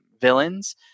villains